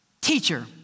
teacher